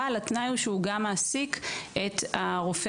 אבל התנאי הוא שהוא גם מעסיק את הרופא